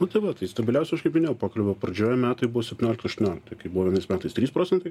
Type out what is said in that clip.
nu tai va tai stabiliausi aš kaip minėjau pokalbio pradžioje metai buvo septyniolikti aštuoniolikti tai kai buvo vienais metais trys procentai